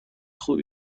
خوب